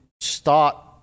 start